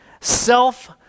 self